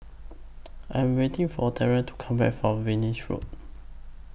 I Am waiting For Tyree to Come Back from Venus Road